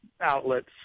outlets